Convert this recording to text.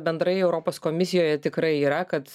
bendrai europos komisijoje tikrai yra kad